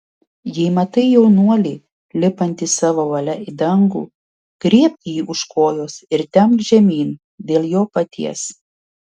jei matai jaunuolį lipantį savo valia į dangų griebk jį už kojos ir temk žemyn dėl jo paties